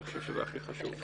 ואני חושב שזה הכי חשוב.